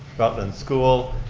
rutland school.